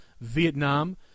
Vietnam